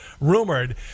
rumored